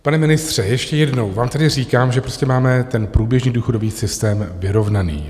Pane ministře, ještě jednou vám tedy říkám, že máme ten průběžný důchodový systém vyrovnaný.